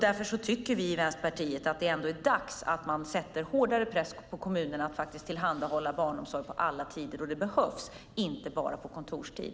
Därför tycker vi i Vänsterpartiet att det är dags att sätta hårdare press på kommunerna att tillhandahålla barnomsorg på alla tider då det behövs, inte bara på kontorstid.